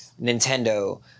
Nintendo